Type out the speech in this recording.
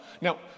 Now